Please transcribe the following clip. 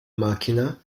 macchina